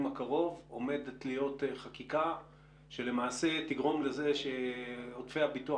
הקרוב עומדת להיות חקיקה שלמעשה תגרום לזה שעודפי הביטוח